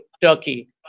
Turkey